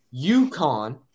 UConn